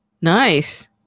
Nice